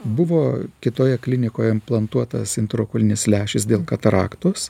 buvo kitoje klinikoje implantuotas intraokulinis lęšis dėl kataraktos